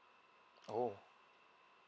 oh